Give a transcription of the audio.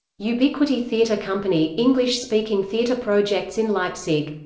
ubiquity theatre company english speaking theatre projects in leipzig.